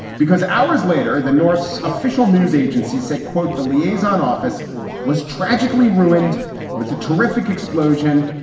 because hours later, the north's official news agency said, quote, the liaison office was tragically ruined with a terrific explosion,